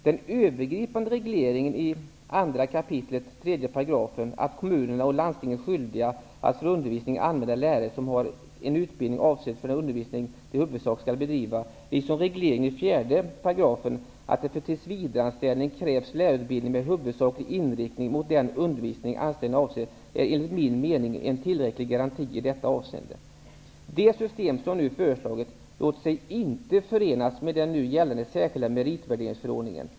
Den övergripande regleringen i 2 kap. 3 § att kommunerna och landstingen är skyldiga att för undervisningen använda lärare som har en utbildning avsedd för den undervisning de i huvudsak skall bedriva, liksom regleringen i 4 § att det för tillsvidareanställning krävs lärarutbildning med huvudsaklig inriktning mot den undervisning anställningen avser, är enligt min mening en tillräcklig garanti i detta avseende. Det system som jag nu föreslagit låter sig inte förenas med den nu gällande särskilda meritvärderingsförordningen.